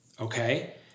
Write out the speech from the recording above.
Okay